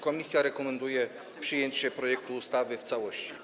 Komisja rekomenduje przyjęcie projektu ustawy w całości.